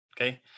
Okay